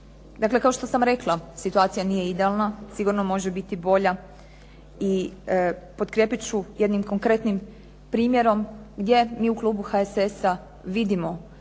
Dakle, kao što sam rekla situacija nije idealna, sigurno može biti bolja i potkrijepit ću jednim konkretnim primjerom gdje mi u klubu HSS-a vidimo